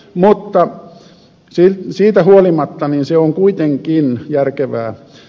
mutta siitä huolimatta se on kuitenkin järkevää